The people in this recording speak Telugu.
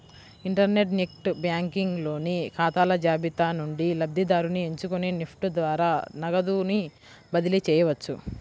ఇంటర్ నెట్ బ్యాంకింగ్ లోని ఖాతాల జాబితా నుండి లబ్ధిదారుని ఎంచుకొని నెఫ్ట్ ద్వారా నగదుని బదిలీ చేయవచ్చు